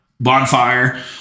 bonfire